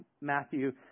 Matthew